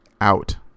out